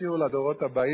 וכשאני אחזור אני אודיע לך.